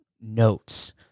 notes